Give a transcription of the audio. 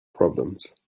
problems